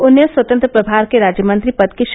उन्हें स्वतंत्र प्रभार के राज्य मंत्री पद की ै